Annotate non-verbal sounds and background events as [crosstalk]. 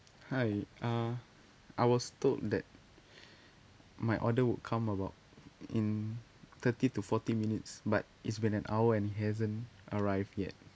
hi uh I was told that [breath] my order would come about in thirty to forty minutes but it's been an hour and hasn't arrived yet